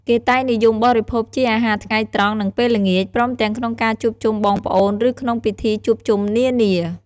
គេតែងនិយមបរិភោគ ជាអាហារថ្ងៃត្រង់និងពេលល្ងាច ព្រមទាំងក្នុងការជួបជុំបងប្អូនឬក្នងពិធីជួបជុំនានា។